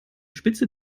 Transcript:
spitze